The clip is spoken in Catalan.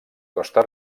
costa